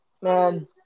man